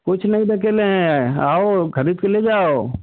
कुछ नही है आओ खरीद कर ले जाओ